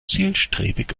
zielstrebig